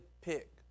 pick